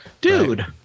Dude